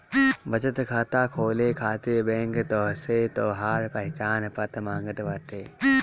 बचत खाता खोले खातिर बैंक तोहसे तोहार पहचान पत्र मांगत बाटे